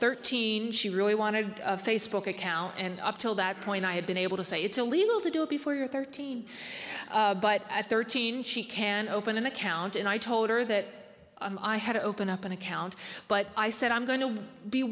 thirteen she really wanted a facebook account and up till that point i had been able to say it's illegal to do it before you're thirteen but at thirteen she can open an account and i told her that i had to open up an account but i said i'm going to be